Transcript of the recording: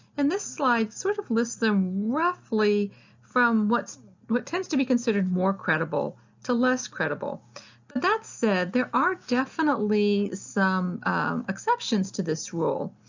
and this slide sort of lists them roughly from what what tends to be considered more credible to less credible, but that said, there are definitely some exceptions to this rule.